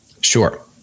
Sure